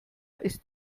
ist